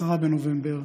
10 בנובמבר,